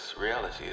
reality